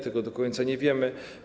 Tego do końca nie wiemy.